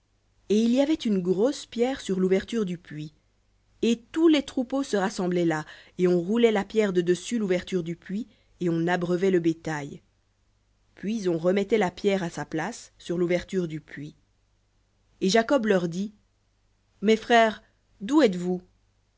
et il y avait une grosse pierre sur l'ouverture du puits et tous les troupeaux se rassemblaient là et on roulait la pierre de dessus l'ouverture du puits et on abreuvait le bétail puis on remettait la pierre à sa place sur l'ouverture du puits et jacob leur dit mes frères d'où êtes-vous